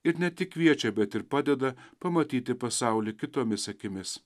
ir ne tik kviečia bet ir padeda pamatyti pasaulį kitomis akimis